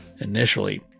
initially